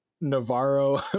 navarro